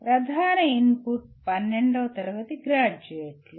ప్రధాన ఇన్పుట్ 12 వ తరగతి గ్రాడ్యుయేట్లు